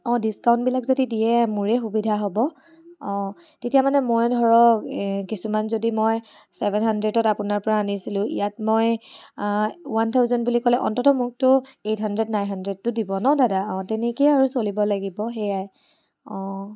অ' ডিছকাউণ্টবিলাক যদি দিয়ে মোৰে সুবিধা হ'ব অ' তেতিয়া মানে মই ধৰক কিছুমান যদি মই ছেভেন হাণ্ড্ৰেডত আপোনাৰ পৰা আনিছিলো ইয়াত মই ওৱান থাউজেণ্ড বুলি ক'লে অন্ততঃ মোকটো এইট হাণ্ড্ৰেড নাইন হাণ্ড্ৰেডটো দিব ন' দাদা অ' তেনেকেই আৰু চলিব লাগিব সেয়াই অ'